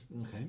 Okay